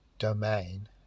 Domain